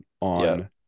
on